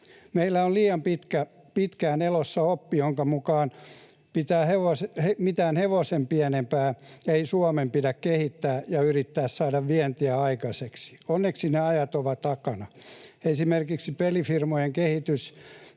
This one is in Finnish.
Meillä oli liian pitkään elossa oppi, jonka mukaan mitään hevosta pienempää ei Suomen pidä kehittää eikä yrittää saada minkään pienemmän vientiä aikaiseksi. Onneksi ne ajat ovat takana. Esimerkiksi pelifirmojen kehitys